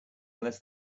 unless